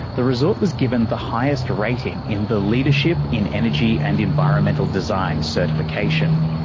the resort was given the highest rating in the leadership in energy and environmental design certification.